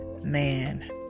man